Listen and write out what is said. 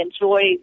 enjoy